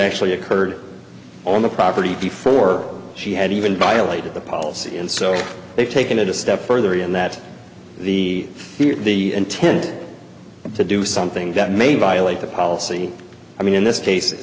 actually occurred on the property before she had even by late at the policy and so they've taken it a step further in that the here the intent to do something that may violate the policy i mean in this case it